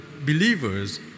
believers